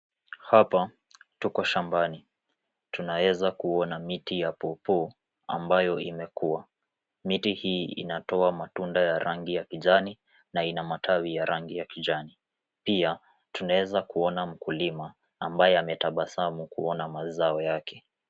Hapa tuko shambani. Tunaweza kuona miti ya pawpaw ambayo imekuwa. Miti hii inatoa matunda ya angi ya kijani na ina matawi ya rangi ya kijani. Pia tunaweza kuona mkulima ambaye ametabasamu kuuona mzao yake.